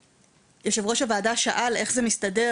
יושב ראש הוועדה שאל איך זה מסתדר?